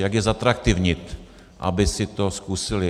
Jak je zatraktivnit, aby si to zkusili.